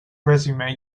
resume